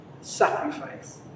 sacrifice